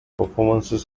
performances